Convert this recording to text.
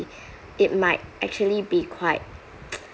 it might actually be quite